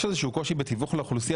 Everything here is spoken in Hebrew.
יש איזה שהוא קושי בתיווך לאוכלוסייה